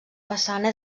façana